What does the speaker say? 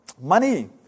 money